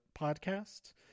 podcast